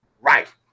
right